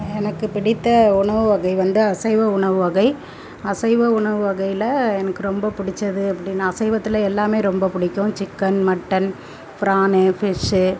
எனக்கு பிடித்த உணவு வகை வந்து அசைவ உணவு வகை அசைவ உணவு வகையில் எனக்கு ரொம்ப பிடிச்சது அப்படின்னா அசைவத்தில் எல்லாம் ரொம்ப பிடிக்கும் சிக்கன் மட்டன் ப்ரானு ஃபிஷ்ஷு